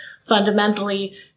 fundamentally